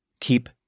Keep